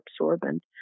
absorbent